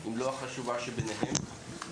אם לא החשובה שביניהן,